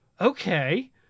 okay